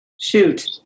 shoot